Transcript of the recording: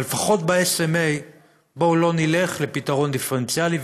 אבל לפחות ב-SMA בואו לא נלך לפתרון דיפרנציאלי.